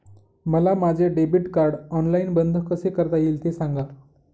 मला माझे debit card online बंद कसे करता येईल, ते सांगा